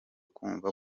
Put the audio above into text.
kumva